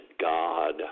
God